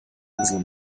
insel